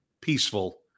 peaceful